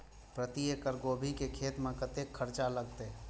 प्रति एकड़ गोभी के खेत में कतेक खर्चा लगते?